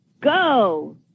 go